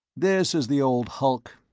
this is the old hulk.